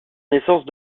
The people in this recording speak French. naissance